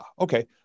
Okay